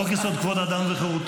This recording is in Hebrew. חוק-יסוד: כבוד האדם וחירותו,